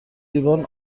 لیوان